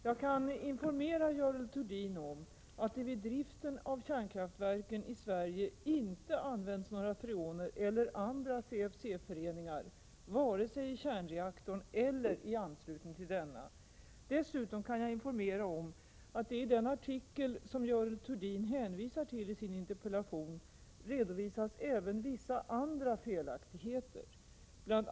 Jag kan informera Görel Thurdin om att det vid driften av kärnkraftverken i Sverige inte används några freoner eller andra CFC-föreningar — varken i kärnreaktorn eller i anslutning till denna. Dessutom kan jag informera om att det i den artikel som Görel Thurdin hänvisar till i sin interpellation redovisas även vissa andra felaktigheter. Bl.